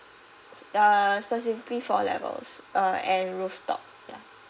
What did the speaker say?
uh specifically four levels uh and rooftop ya